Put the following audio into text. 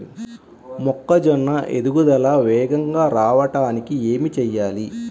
మొక్కజోన్న ఎదుగుదల వేగంగా రావడానికి ఏమి చెయ్యాలి?